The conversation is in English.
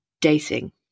dating